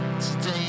Today